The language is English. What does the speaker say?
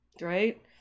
right